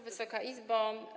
Wysoka Izbo!